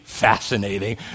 fascinating